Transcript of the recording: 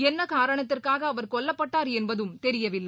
என்ன காரணத்திற்காக அவர் கொல்லப்பட்டார் என்பதும் தெரியவில்லை